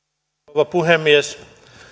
rouva puhemies